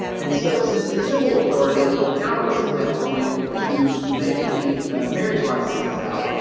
and so, since the civil authorities were powerless at that point to make any marriage licenses out,